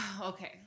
okay